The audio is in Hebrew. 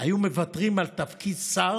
היו מוותרים על תפקיד שר